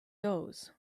those